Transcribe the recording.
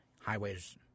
highways